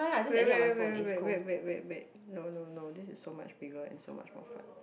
wait wait wait wait wait wait no no no this is so much bigger and so much more fun